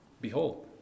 Behold